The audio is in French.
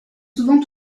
souvent